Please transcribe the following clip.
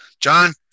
John